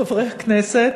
חברי הכנסת,